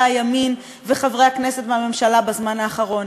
הימין וחברי הכנסת והממשלה בזמן האחרון?